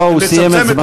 לא, הוא סיים את זמנו.